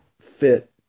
fit